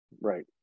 Right